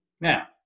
Now